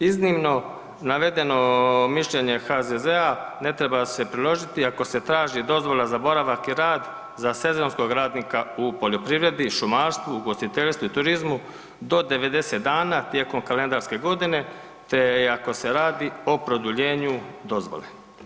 Iznimno navedeno mišljenje HZZ-a ne treba se priložiti ako se traži dozvola za boravak i rad za sezonskog radnika u poljoprivredi, šumarstvu, ugostiteljstvu i turizmu do 90 dana tijekom kalendarske godine te i ako se radi o produljenju dozvole.